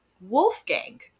Wolfgang